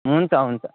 हुन्छ हुन्छ